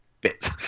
bit